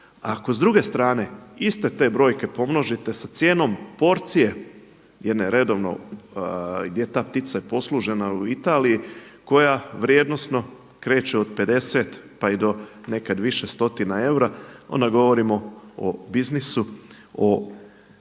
Ako s druge strane iste te brojke pomnožite sa cijenom porcije, jedne redovno, gdje je ta ptica i poslužena u Italiji koja vrijednosno kreće od 50 pa i do nekad više stotina eura, onda govorimo o biznisu, o jednom